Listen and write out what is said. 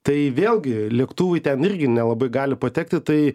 tai vėlgi lėktuvai ten irgi nelabai gali patekti tai